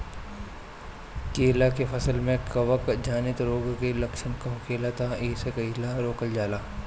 केला के फसल में कवक जनित रोग के लक्षण का होखेला तथा एके कइसे रोकल जाला?